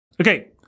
Okay